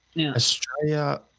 Australia